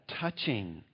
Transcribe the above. touching